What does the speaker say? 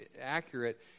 accurate